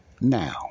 Now